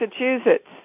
Massachusetts